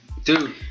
Dude